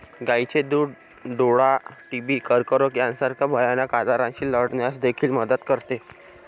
गायीचे दूध डोळा, टीबी, कर्करोग यासारख्या भयानक आजारांशी लढण्यास देखील मदत करते